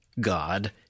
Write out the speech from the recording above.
God